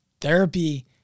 Therapy